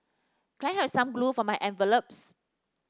can I have some glue for my envelopes